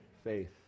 faith